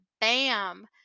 bam